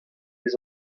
eus